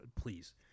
please